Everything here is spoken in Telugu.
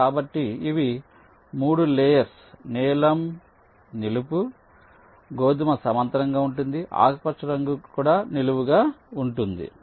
కాబట్టి ఇవి 3 లేయర్స్ VHV నీలం నిలువు గోధుమ సమాంతరంగా ఉంటుంది ఆకుపచ్చ రంగు కూడా నిలువుగా ఉంటుంది